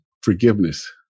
forgiveness